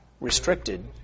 restricted